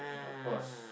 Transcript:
of course